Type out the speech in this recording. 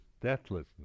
deathlessness